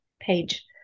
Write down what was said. page